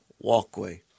walkway